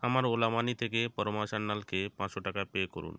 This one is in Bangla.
আমার ওলা মানি থেকে পরমা সান্যালকে পাঁচশো টাকা পে করুন